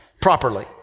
properly